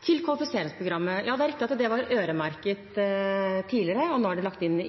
Til kvalifiseringsprogrammet: Ja, det var øremerket tidligere, og nå er det lagt inn